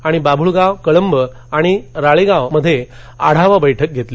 आणि बाभुळगाव कळंब आणि राळेगावमध्ये आढावा बहिक घेतली